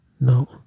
no